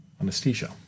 anesthesia